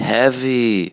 Heavy